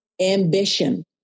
ambition